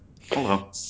hello